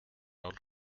roll